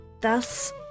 thus